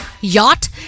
yacht